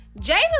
jada